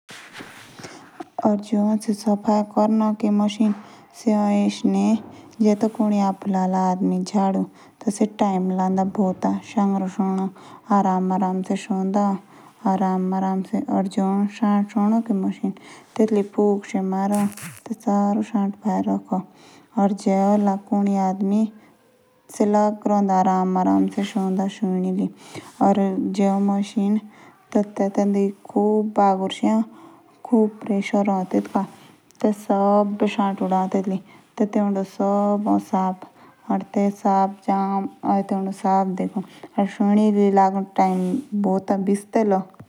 जश हमू बेर एक किलो चिकन ए। आगे ते टेटुके चिकन के धोनो पीडीनो। ते कुकर दो टमाटर प्याज़ लशीं। ये कटिये ची ओडो। ते माचोई धनिया ली चोका लांडे।